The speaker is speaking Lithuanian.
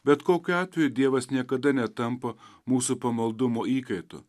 bet kokiu atveju dievas niekada netampa mūsų pamaldumo įkaitu